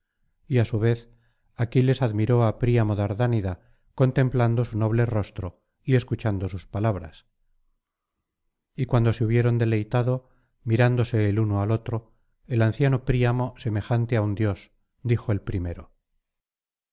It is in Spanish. y á su vez aquiles admiró á príamo dardánida contemplando su noble rostro y escuchando sus palabras y cuando se hubieron deleitado mirándose el uno al otro el anciano príamo semejante á un dios dijo el primero